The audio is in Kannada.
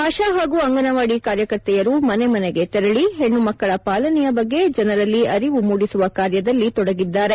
ಆಶಾ ಹಾಗೂ ಅಂಗನವಾದಿ ಕಾರ್ಯಕರ್ತೆಯರು ಮನೆ ಮನೆಗೆ ತೆರಳಿ ಹೆಣ್ಣುಮಕ್ಕಳ ಪಾಲನೆಯ ಬಗ್ಗೆ ಜನರಲ್ಲಿ ಅರಿವು ಮೂಡಿಸುವ ಕಾರ್ಯದಲ್ಲಿ ತೊಡಗುತ್ತಾರೆ